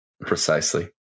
precisely